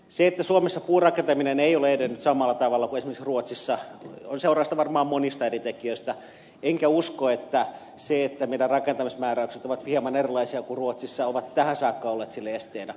se että suomessa puurakentaminen ei ole edennyt samalla tavalla kuin esimerkiksi ruotsissa on seurausta varmaan monista eri tekijöistä enkä usko että se että meidän rakentamismääräyksemme ovat hieman erilaisia kuin ruotsissa on tähän saakka olleet sille esteenä